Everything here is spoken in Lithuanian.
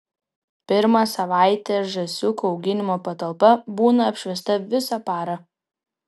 pirmą savaitę žąsiukų auginimo patalpa būna apšviesta visą parą